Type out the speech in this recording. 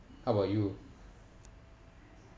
how about you